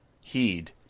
heed